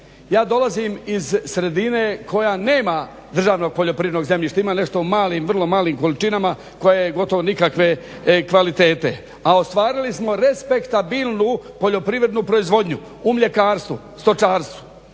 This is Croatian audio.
Ja dolazim iz sredine koja nema državnog poljoprivrednog zemljišta, ima nešto u malim, vrlo malim količinama koje je gotovo nikakve kvalitete, a ostvarili smo respektabilnu poljoprivrednu proizvodnju u mljekarstvu, stočarstvu.